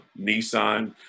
Nissan